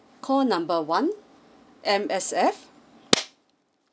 call number one M_S_F